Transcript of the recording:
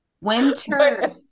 Winter